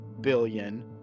billion